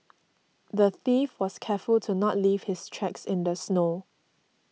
the thief was careful to not leave his tracks in the snow